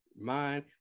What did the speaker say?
mind